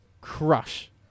crush